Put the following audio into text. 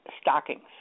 stockings